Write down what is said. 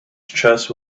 chest